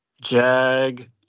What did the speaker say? Jag